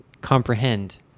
comprehend